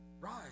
Rise